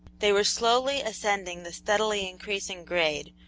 they were slowly ascending the steadily increasing grade,